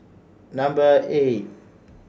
Number eight